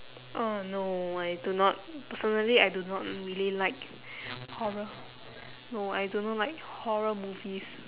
oh no I do not certainly I do not really like horror no I do not like horror movies